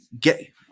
get